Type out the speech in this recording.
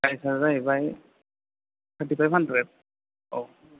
प्राइसआ जाहैबाय thirty five hundred औ